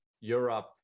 Europe